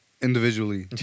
Individually